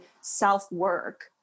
self-work